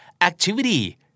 activity